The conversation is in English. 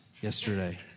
yesterday